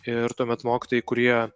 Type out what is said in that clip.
ir tuomet mokytojai kurie